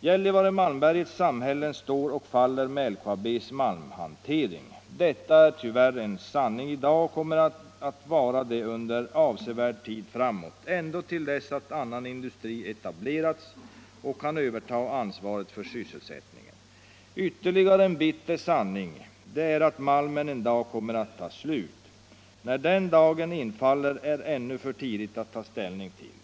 ”Gällivare och Malmbergets samhällen står och faller med LKAB:s malmhantering. Detta är tyvärr en sanning i dag och kommer att vara det under avsevärd tid framåt — ända till dess att annan industri har etablerats och kan överta ansvaret för sysselsättningen. Ytterligare en bitter sanning är att malmen en dag kommer att ta slut. När den dagen infaller är ännu för tidigt att ta ställning till.